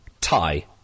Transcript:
Tie